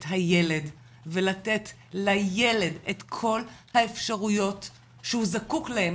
הילד ולתת לילד את כל האפשרויות שהוא זקוק להם,